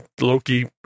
Loki